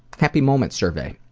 happy moments survey.